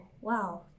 wow